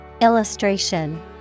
Illustration